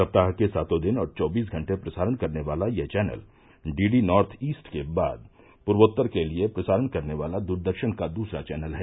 सप्ताह के सातों दिन और चौबीस घंटे प्रसारण करने वाला यह चैनल डीडी नार्थ ईस्ट के बाद पूर्वोत्तर के लिए प्रसारण करने वाला दूरदर्शन का दूसरा चैनल है